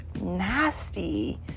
nasty